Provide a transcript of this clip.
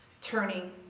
turning